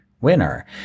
winner